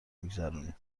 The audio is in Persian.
میگذرونیم